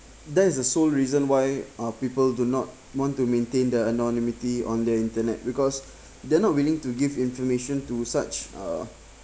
that is a sole reason why uh people do not want to maintain their anonymity on the internet because they're not willing to give information to such uh